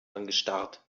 angestarrt